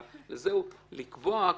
לקבוע.